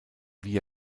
via